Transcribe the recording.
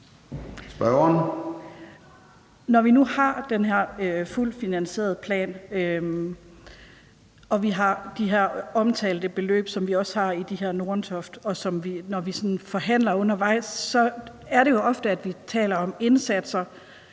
Når vi nu har den her fuldt finansierede plan og de her omtalte beløb, som vi også har fra Nordentoft, og når vi sådan forhandler undervejs, er det jo ofte, at vi taler om indsatser